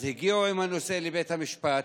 אז הגיעו עם הנושא לבית המשפט,